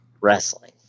wrestling